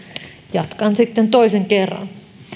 jatkan sitten toisen kerran